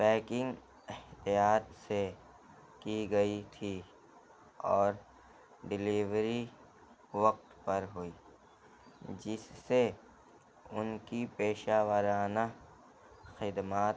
packing احتیاط سے کی گئی تھی اور ڈلیوری وقت پر ہوئی جس سے ان کی پیشہ وارانہ خدمات